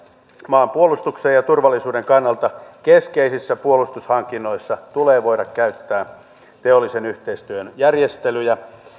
maanpuolustuksen ja turvallisuuden kannalta keskeisissä puolustushankinnoissa tulee voida käyttää teollisen yhteistyön järjestelyjä